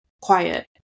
quiet